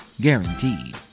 Guaranteed